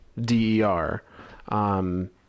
der